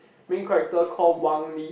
main character called Wang-Lee